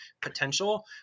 potential